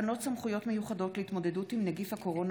תקנות סמכויות מיוחדות להתמודדות עם נגיף הקורונה